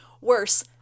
worse